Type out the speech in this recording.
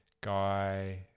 guy